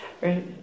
right